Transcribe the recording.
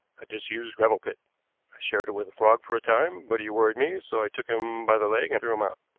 a disused gravel-pit. i shared it with frog for a time, but he worried me so i took him by the leg and threw him out.